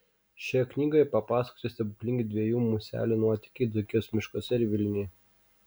šioje knygoje papasakoti stebuklingi dviejų muselių nuotykiai dzūkijos miškuose ir vilniuje